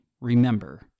remember